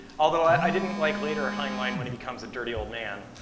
although i didn't like later heinlein when he becomes a dirty old man,